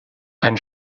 ein